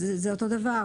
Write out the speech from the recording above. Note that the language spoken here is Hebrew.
זה אותו הדבר.